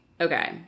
okay